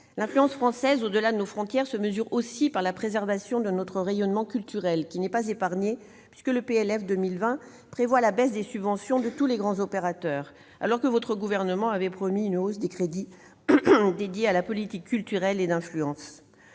l'influence française au-delà de nos frontières se mesure aussi par la préservation de notre rayonnement culturel, qui n'est pas épargné, puisque le PLF pour 2020 prévoit la baisse des subventions de tous les grands opérateurs, alors que votre gouvernement avait promis une hausse des crédits dédiés à la politique culturelle et d'influence.